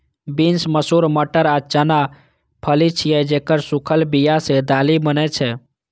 beans, मसूर, मटर आ चना फली छियै, जेकर सूखल बिया सं दालि बनै छै